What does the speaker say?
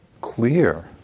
clear